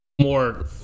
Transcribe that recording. more